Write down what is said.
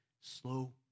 slow